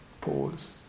pause